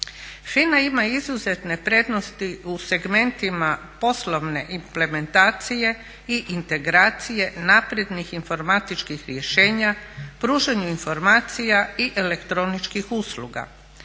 FINA ima izuzetne prednosti u segmentima poslovne implementacije i integracije naprednih informatičkih rješenja, pružanju informacija i elektroničkih usluga.